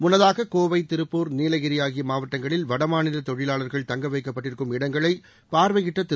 முன்னதாக கோவை திருப்பூர் நீலகிரி ஆகிய மாவட்டங்களில் வடமாநில தொழிலாளர்கள் தங்க வைக்கப்பட்டிருக்கும் இடங்களை பாா்வையிட்ட திரு